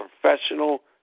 professional